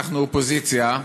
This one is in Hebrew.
אנחנו אופוזיציה.